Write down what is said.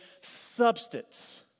substance